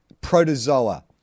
protozoa